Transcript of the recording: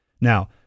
Now